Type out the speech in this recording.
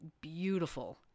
beautiful